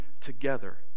together